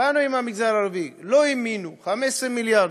באנו עם המגזר הערבי, לא האמינו, 15 מיליארד.